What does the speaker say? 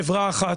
חברה אחת,